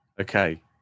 Okay